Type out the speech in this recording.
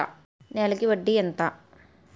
నెలకి వడ్డీ ఎంత?